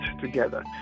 together